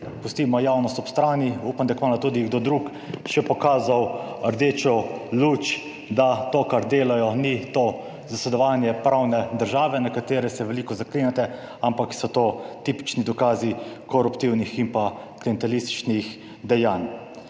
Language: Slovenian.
pustimo javnost ob strani, upam, da kmalu tudi kdo drug še pokazal rdečo luč, da to kar delajo ni to zasledovanje pravne države na katere se veliko zaklinjate, ampak so to tipični dokazi koruptivnih in pa klientelističnih dejanj.